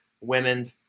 women